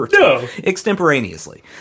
extemporaneously